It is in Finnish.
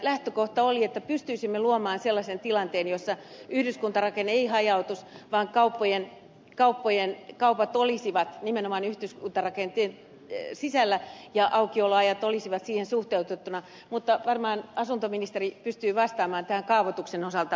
lähtökohta oli että pystyisimme luomaan sellaisen tilanteen jossa yhdyskuntarakenne ei hajautuisi vaan kaupat olisivat nimenomaan yhdyskuntarakenteen sisällä ja aukioloajat olisivat siihen suhteutettuina mutta varmaan asuntoministeri pystyy vastaamaan tähän kaavoituksen osalta paremmin